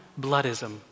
bloodism